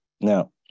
Now